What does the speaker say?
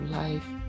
life